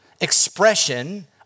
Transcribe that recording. expression